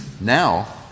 Now